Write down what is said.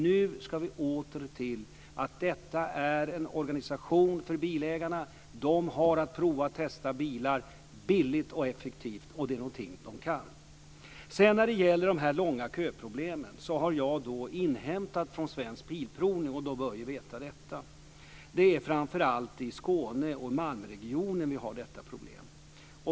Nu ska vi åter till att detta är en organisation för bilägarna. De har att prova och testa bilar billigt och effektivt, och det är någonting de kan. När det sedan gäller problemet med de långa köerna har jag inhämtat från Svensk Bilprovning, och de bör ju veta detta, att det framför allt är i Skåneoch Malmöregionen som vi har detta problem.